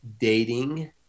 dating